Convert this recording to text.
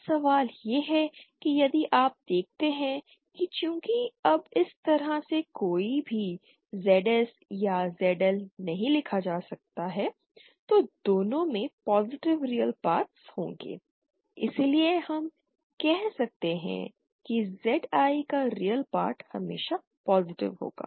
अब सवाल यह है कि यदि आप देखते हैं कि चूंकि अब इस तरह से कोई भी ZS या ZL नहीं लिखा जाता है तो दोनों में पॉजिटिव रियल पार्ट्स होंगे इसलिए हम कह सकते हैं कि ZI का रियल पार्ट हमेशा पॉजिटिव होगा